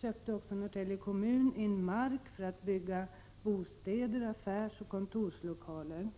köpte Norrtälje kommun också in mark för att bygga bostäder samt affärsoch kontorslokaler.